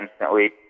instantly